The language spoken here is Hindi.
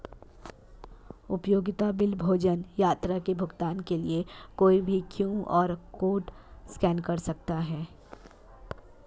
उपयोगिता बिल, भोजन, यात्रा के भुगतान के लिए कोई भी क्यू.आर कोड स्कैन कर सकता है